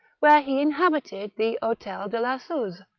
where he inhabited the hotel de la suze,